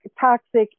toxic